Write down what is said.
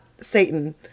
Satan